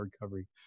recovery